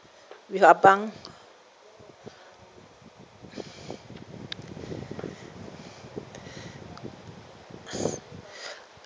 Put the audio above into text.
with abang